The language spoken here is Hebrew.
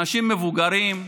אנשים מבוגרים,